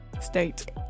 state